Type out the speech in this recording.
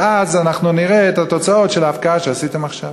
ואז אנחנו נראה את התוצאות של ההפקעה שעשיתם עכשיו.